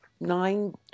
Nine